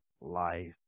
life